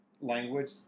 language